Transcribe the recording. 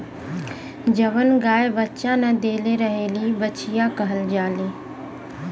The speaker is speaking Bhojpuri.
जवन गाय बच्चा न देले रहेली बछिया कहल जाली